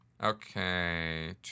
Okay